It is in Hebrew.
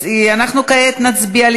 כעת אנחנו נצביע על